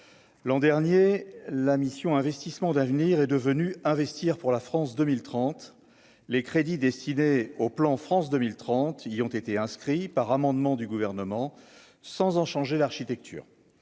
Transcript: L'an dernier la mission Investissements d'avenir est devenue investir pour la France 2030, les crédits décidés au plan France 2030 il y ont été inscrits par amendement du gouvernement, sans en changer l'architecture,